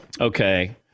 Okay